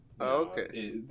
Okay